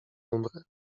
umrę